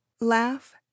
laugh